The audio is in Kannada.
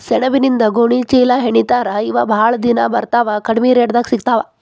ಸೆಣಬಿನಿಂದ ಗೋಣಿ ಚೇಲಾಹೆಣಿತಾರ ಇವ ಬಾಳ ದಿನಾ ಬರತಾವ ಕಡಮಿ ರೇಟದಾಗ ಸಿಗತಾವ